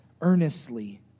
earnestly